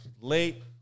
late